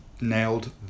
nailed